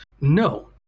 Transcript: no